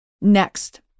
Next